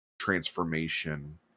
transformation